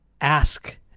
ask